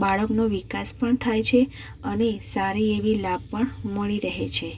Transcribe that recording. બાળકનો વિકાસ પણ થાય છે અને સારી એવી લાભ પણ મળી રહે છે